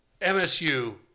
MSU